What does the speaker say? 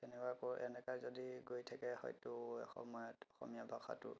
তেনেকুৱাকৈ এনেকুৱাকেই যদি গৈ থাকে হয়তো এসময়ত অসমীয়া ভাষাটো